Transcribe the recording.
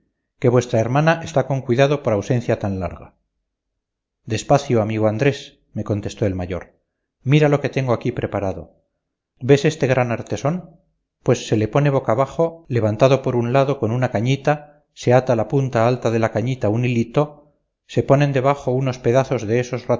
que vuestra hermana está con cuidado por ausencia tan larga despacio amigo andrés me contestó el mayor mira lo que tengo aquí preparado ves este gran artesón pues se le pone boca abajo levantado por un lado con una cañita se ata a la punta alta de la cañita un hilito se ponen debajo unos pedazos de esos